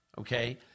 okay